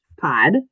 pod